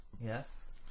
Yes